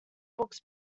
books